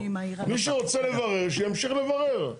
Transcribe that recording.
מי שרוצה לברר, שימשיך לברר.